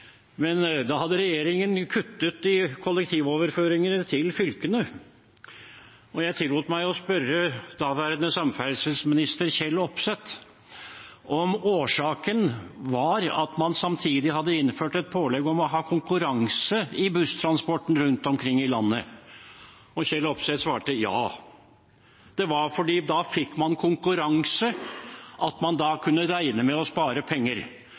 Da hadde regjeringen kuttet i kollektivoverføringene til fylkene, og jeg tillot meg å spørre daværende samferdselsminister Kjell Opseth om årsaken var at man samtidig hadde innført et pålegg om å ha konkurranse i busstransporten rundt omkring i landet. Kjell Opseth svarte ja, det var fordi man fikk konkurranse, og at man da kunne regne med å spare penger.